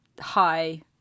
hi